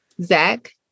Zach